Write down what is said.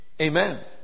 Amen